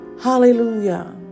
Hallelujah